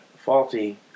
Faulty